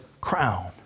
crown